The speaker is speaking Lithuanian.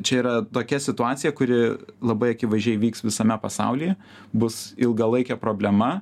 čia yra tokia situacija kuri labai akivaizdžiai vyks visame pasaulyje bus ilgalaikė problema